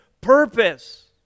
purpose